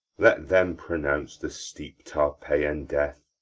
let them pronounce the steep tarpeian death,